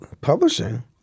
Publishing